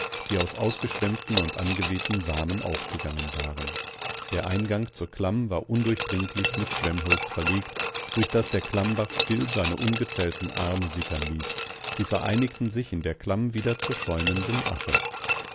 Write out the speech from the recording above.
die aus angeschwemmten und angewehten samen aufgegangen waren der eingang zur klamm war undurchdringlich mit schwemmholz verlegt durch das der klammbach still seine ungezählten arme sickern ließ sie vereinigten sich in der klamm wieder zur schäumenden ache